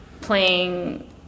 playing